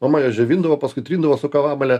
mama jas džiovindavo paskui trindavo su kavamale